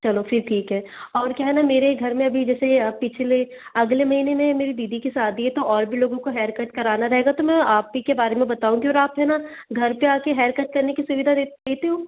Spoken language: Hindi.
चलो फिर ठीक है और क्या है न मेरे घर में अभी जैसे पिछले अगले महीने में मेरी दीदी की शादी है तो और भी लोगों को हेयर कट कराना रहेगा तो मैं आप ही के बारे में बताऊँगी और आप है न घर पर आ कर हेयर कट करने की सुविधा दे देते हो